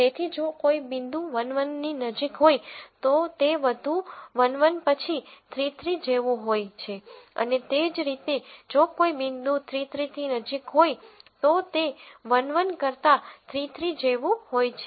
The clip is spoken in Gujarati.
તેથી જો કોઈ બિંદુ 1 1 ની નજીક હોય તો તે વધુ 1 1 પછી 3 3 જેવું હોય છે અને તે જ રીતે જો કોઈ બિંદુ 3 3 ની નજીક હોય તો તે 1 1કરતા 3 3 જેવું છે